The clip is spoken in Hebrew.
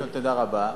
תודה רבה.